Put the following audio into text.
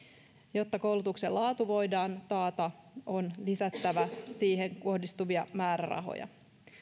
jotta koulutuksen laatu voidaan taata on lisättävä siihen kohdistuvia määrärahoja